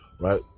right